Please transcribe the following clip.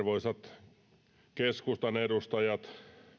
ja arvoisat keskustan edustajat